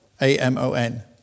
A-M-O-N